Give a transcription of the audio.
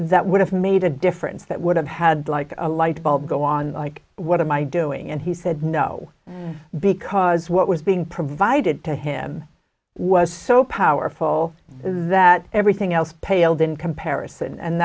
that would have made a difference that would have had like a lightbulb go on like what am i doing and he said no because what was being provided to him was so powerful that everything else paled in comparison and